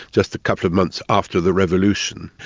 just a couple of months after the revolution.